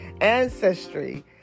ancestry